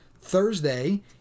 Thursday